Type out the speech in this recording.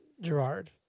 Gerard